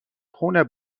خون